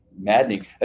maddening